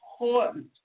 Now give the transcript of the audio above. important